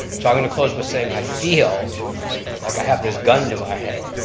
so i'm going to close with saying, i feel like i have this gun to my head.